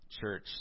church